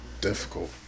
Difficult